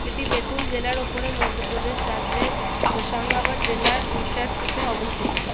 এটি বেতুল জেলার ওপরে মধ্যপ্রদেশ রাজ্যের হোশাঙ্গাবাদ জেলার ইটারসিতে অবস্থিত